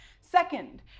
Second